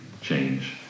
change